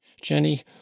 jenny